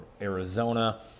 Arizona